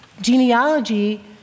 genealogy